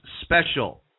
special